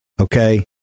Okay